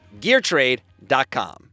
geartrade.com